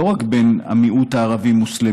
לא רק בן המיעוט הערבי-מוסלמי,